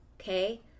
okay